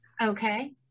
Okay